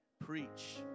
preach